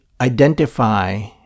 identify